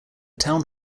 town